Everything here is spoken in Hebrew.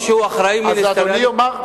אז אדוני יאמר,